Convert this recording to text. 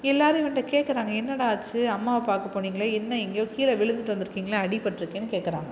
எல்லாரும் இவன்கிட்ட கேட்குறாங்க என்னடா ஆச்சு அம்மாவை பார்க்க போனிங்களே என்ன எங்கேயோ கீழே விழுந்துவிட்டு வந்துருகிங்களா அடிபட்டுருக்கேன்னு கேட்குறாங்க